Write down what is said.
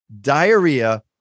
diarrhea